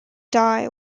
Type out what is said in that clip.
die